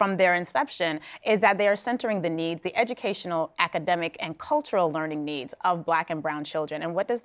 from their inception is that they are centering the needs the educational academic and cultural learning needs of black and brown children and what does